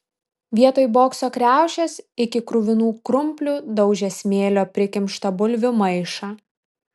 vietoj bokso kriaušės iki kruvinų krumplių daužė smėlio prikimštą bulvių maišą